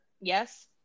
yes